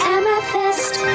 Amethyst